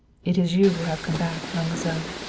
it is you who have come back, mademoiselle.